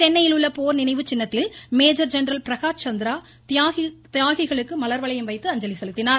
சென்னையிலுள்ள போர் நினைவுச்சின்னத்தில் major general Prakash Chandra தியாகிகளுக்கு மலர்வளையம் வைத்து அஞ்சலி செலுத்தினார்